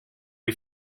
you